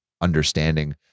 understanding